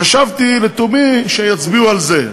וחשבתי לתומי שיצביעו על זה.